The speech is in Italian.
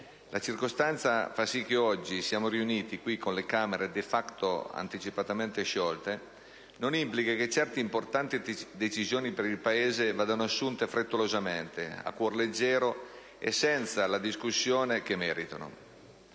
La circostanza che fa sì che oggi siamo riuniti qui con le Camere *de facto* anticipatamente sciolte, non implica che certe importanti decisioni per il Paese vadano assunte frettolosamente, a cuor leggero e senza la discussione che meritano.